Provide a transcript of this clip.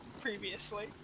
previously